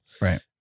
Right